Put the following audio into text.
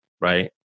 right